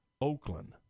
Oakland